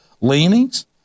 leanings